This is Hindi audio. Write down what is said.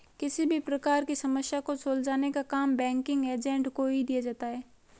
किसी भी प्रकार की समस्या को सुलझाने का काम बैंकिंग एजेंट को ही दिया जाता है